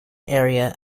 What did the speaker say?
area